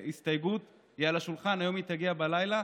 הסתייגות, היא על השולחן, היא תגיע היום בלילה.